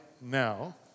now